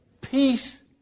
peace